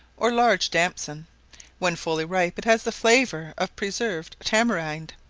or large damson when fully ripe it has the flavour of preserved tamarind,